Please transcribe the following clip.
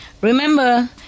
Remember